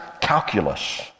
calculus